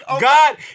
God